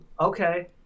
Okay